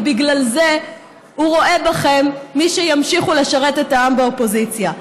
ובגלל זה הוא רואה בכם מי שימשיכו לשרת את העם באופוזיציה.